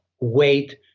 wait